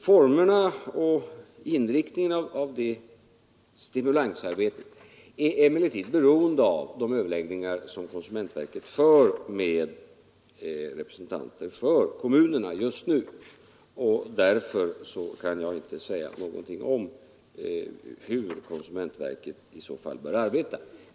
Formerna för och inriktningen av det stimulansarbetet är emellertid beroende av de överläggningar som konsumentverket för med representanter för kommunerna just nu. Därför kan jag inte säga något om hur konsumentverket i så fall bör arbeta.